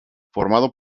formado